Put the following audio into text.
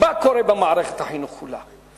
למה שקורה במערכת החינוך כולה.